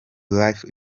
life